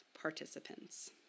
participants